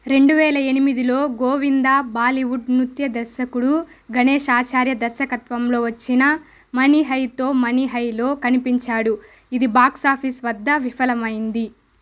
రెండు వేల ఎనిమిదిలో గోవిందా బాలీవుడ్ నృత్య దర్శకుడు గణేష్ ఆచార్య దర్శకత్వంలో వచ్చిన మనీ హైతో మనీ హైలో కనిపించాడు ఇది బాక్స్ ఆఫీస్ వద్ద విఫలమైంది